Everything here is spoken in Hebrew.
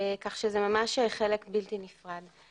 כך שזה ממה חלק בלתי נפרד.